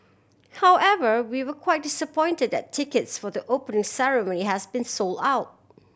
however we were quite disappointed that tickets for the open ceremony has been sold out